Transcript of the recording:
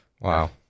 Wow